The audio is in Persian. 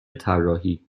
طراحی